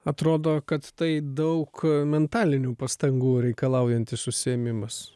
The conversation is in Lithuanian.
atrodo kad tai daug mentalinių pastangų reikalaujantis užsiėmimas